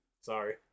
Sorry